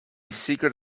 secret